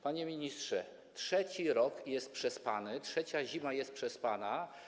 Panie ministrze, trzeci rok jest przespany, trzecia zima jest przespana.